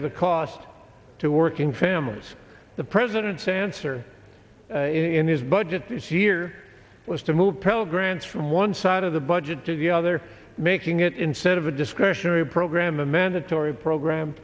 the cost to working families the president's answer in his budget this year was to move pell grants from one side of the budget to the other making it instead of a discretionary program a mandatory program